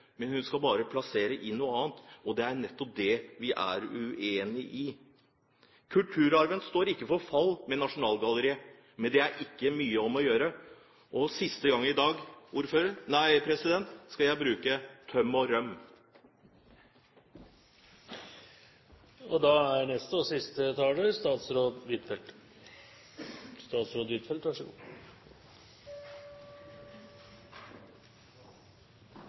Hun skal bare plassere i noe annet, og det er nettopp det vi er uenig i. Kulturarven står ikke for fall med Nasjonalgalleriet, men det er ikke mye om å gjøre. Og for siste gang i dag skal jeg bruke ordene tøm og røm.